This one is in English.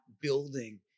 building